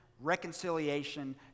reconciliation